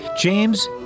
James